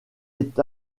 est